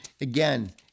Again